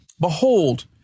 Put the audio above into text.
Behold